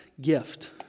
gift